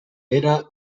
era